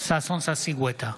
ששון ששי גואטה,